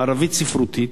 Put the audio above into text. ערבית ספרותית,